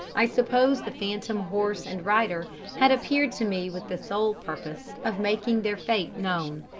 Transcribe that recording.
i suppose the phantom horse and rider had appeared to me with the sole purpose of making their fate known.